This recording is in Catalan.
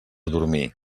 dormir